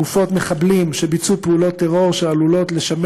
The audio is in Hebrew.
גופות מחבלים שביצעו פעולות טרור ועלולים לשמש